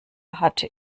hatte